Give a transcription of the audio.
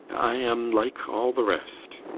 i am like all the rest.